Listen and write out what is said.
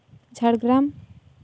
Jhargram